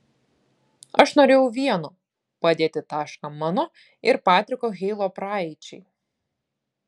aš norėjau vieno padėti tašką mano ir patriko heilo praeičiai